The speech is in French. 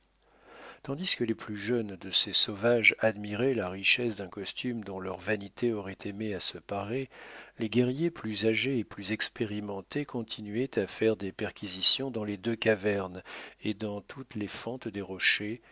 tandis que les plus jeunes de ces sauvages admiraient la richesse d'un costume dont leur vanité aurait aimé à se parer les guerriers plus âgés et plus expérimentés continuaient à faire des perquisitions dans les deux cavernes et dans toutes les fentes des rochers